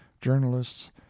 journalists